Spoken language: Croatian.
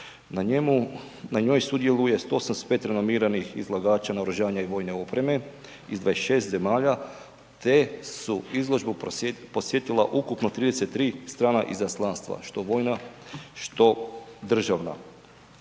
Na njoj sudjeluje 185 renomiranih izlagača naoružanja i vojne opreme iz 26 zemalja, te su izložbu podsjetila ukupno 33 strana izaslanstva, što vojna, što državna.